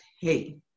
Hey